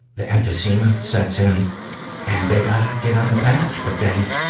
the emphysema sets in and they gotta get on the patch. but then,